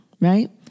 right